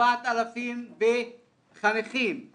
4,000 חניכים ב-29 סניפים.